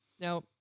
now